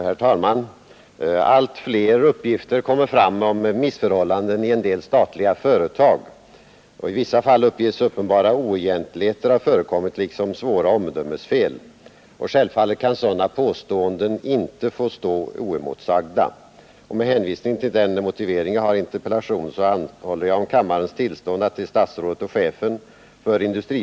Herr talman! Allt fler uppgifter kommer fram om missförhållanden i en del statliga företag. I vissa fall uppges uppenbara oegentligheter ha förekommit liksom svåra omdömesfel. Självfallet kan inte sådana påståenden få stå oemotsagda. Det är därför värdefullt, att justitiekanslern fått i uppdrag att utreda den rent rättsliga sidan av bl.a. sådana lånetransaktioner som utförts av förenade fabriksverken. Denna undersökning är dock inte tillräcklig.